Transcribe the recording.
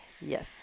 Yes